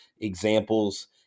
examples